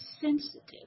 sensitive